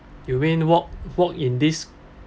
you mean walk walk in this